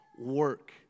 work